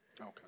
okay